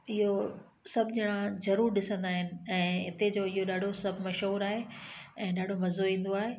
इहो सभु ॼणा ज़रूरु ॾिसंदा आहिनि ऐं हिते जो इहो ॾाढो सभु मशहूरु आहे ऐं ॾाढो मज़ो ईंदो आहे